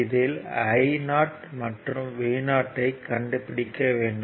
இதில் Io மற்றும் Vo ஐ கண்டுப்பிடிக்க வேண்டும்